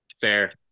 Fair